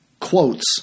quotes